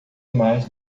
mais